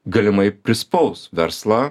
galimai prispaus verslą